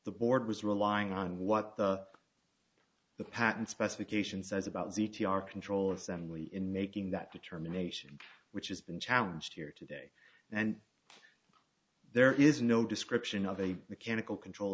the board was relying on what the the patent specification says about c t r control assembly in making that determination which has been challenge here today and there is no description of a mechanical control